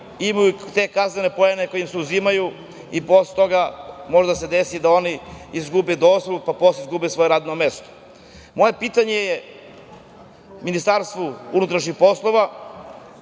imaju te kaznene poene koji im se uzimaju. Posle toga može da se desi da oni izgube dozvolu, pa posle izgube svoje radno mesto. Moje pitanje je upućeno Ministarstvu unutrašnjih poslova